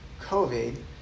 COVID